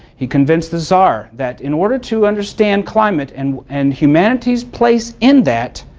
he convinced the czar that in order to understand climate and and humanity's place in that,